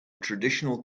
traditional